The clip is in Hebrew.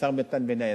השר מתן וילנאי.